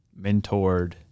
mentored